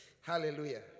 Hallelujah